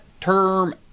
term